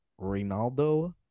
Ronaldo